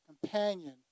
companion